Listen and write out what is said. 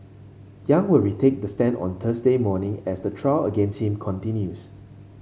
Yang will retake the stand on Thursday morning as the trial against him continues